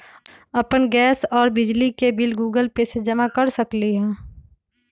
अपन गैस और बिजली के बिल गूगल पे से जमा कर सकलीहल?